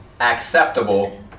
acceptable